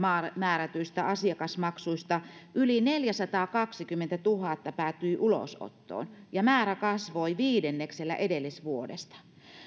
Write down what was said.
määrätyistä asiakasmaksuista yli neljäsataakaksikymmentätuhatta päätyi ulosottoon ja määrä kasvoi viidenneksellä edellisvuodesta